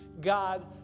God